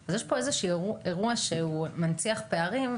אז יש פה איזשהו אירוע שהוא מנציח פערים,